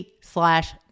slash